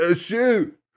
Shoot